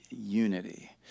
unity